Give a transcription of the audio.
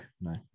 no